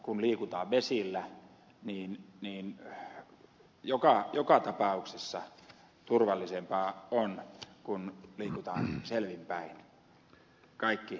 kun liikutaan vesillä niin joka tapauksessa turvallisempaa on kun liikutaan selvin päin kaikki ymmärrämme sen